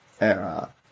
era